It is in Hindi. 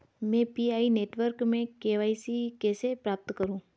मैं पी.आई नेटवर्क में के.वाई.सी कैसे प्राप्त करूँ?